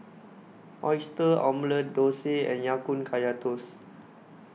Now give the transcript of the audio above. Oyster Omelette Dosa and Ya Kun Kaya Toast